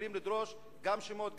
יכולות לדרוש גם שמות,